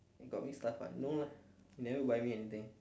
you got me stuff ah no lah you never buy me anything